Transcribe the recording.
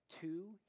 two